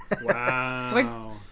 wow